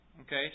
Okay